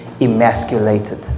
emasculated